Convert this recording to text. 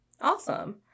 Awesome